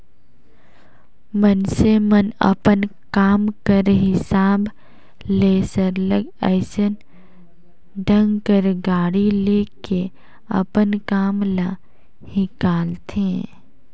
मइनसे मन अपन काम कर हिसाब ले सरलग अइसन ढंग कर गाड़ी ले के अपन काम ल हिंकालथें